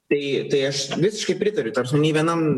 tai tai aš visiškai pritariu nei vienam